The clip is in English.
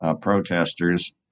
protesters